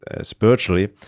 spiritually